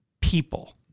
people